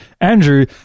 Andrew